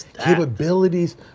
capabilities